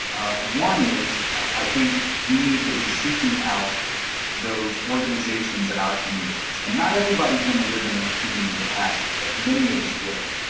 ah one is i think we need to be seeking out those organizations in our communities, and not everybody's gonna live in a community that has them, but many of us will.